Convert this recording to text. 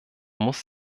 muss